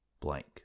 blank